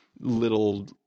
little